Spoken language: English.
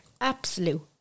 Absolute